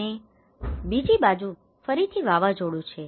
અને બીજી બાજુ ફરીથી વાવાઝોડું છે